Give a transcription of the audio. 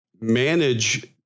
manage